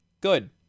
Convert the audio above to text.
Good